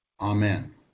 Amen